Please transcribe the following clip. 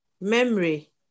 memory